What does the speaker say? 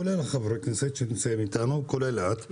כולל כל חברי הכנסת שנמצאים איתנו וכולל אותך,